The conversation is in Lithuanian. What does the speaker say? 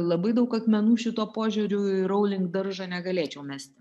labai daug akmenų šituo požiūrių į rowling daržą negalėčiau mesti